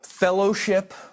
Fellowship